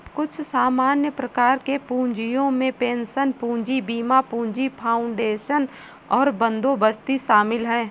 कुछ सामान्य प्रकार के पूँजियो में पेंशन पूंजी, बीमा पूंजी, फाउंडेशन और बंदोबस्ती शामिल हैं